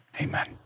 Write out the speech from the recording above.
amen